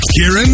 Kieran